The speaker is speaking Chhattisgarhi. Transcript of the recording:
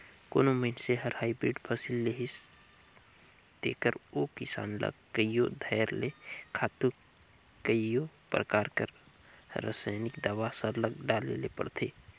कोनो मइनसे हर हाईब्रिड फसिल लेहिस तेकर ओ किसान ल कइयो धाएर ले खातू कइयो परकार कर रसइनिक दावा सरलग डाले ले परथे